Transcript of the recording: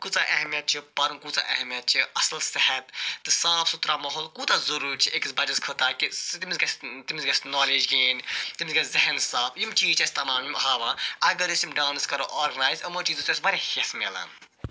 کۭژاہ اہمیت چھِ پَرُن کۭژاہ اہمیت چھِ اصل صحت تہٕ صاف سُترا ماحول کوتاہ ضوٚروٗری چھ أکِس بَچَس خٲطرٕ تمس گَژھِ تمس گَژھِ نالیج گین تمس گَژھِ ذہن صاف یم چیٖز چھِ اَسہِ تمام یِم ہاوان اگر أسۍ یِم ڈانس کرو آرگَنایز یِمو چیٖزو سۭتۍ چھُ اَسہِ واریاہ ہیٚس مِلان